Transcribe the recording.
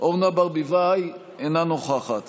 אורנה ברביבאי, אינה נוכחת